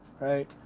Right